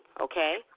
okay